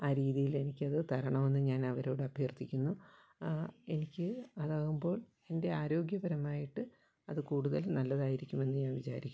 ആ രീതിയിൽ എനിക്കത് തരണമെന്ന് ഞാനവരോട് അഭ്യർത്ഥിക്കുന്നു എനിക്ക് അതാകുമ്പോൾ എൻ്റെ ആരോഗ്യപരമായിട്ട് അത് കൂടുതൽ നല്ലതായിരിക്കുമെന്ന് ഞാൻ വിചാരിക്കുന്നു